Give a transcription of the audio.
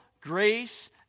grace